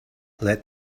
let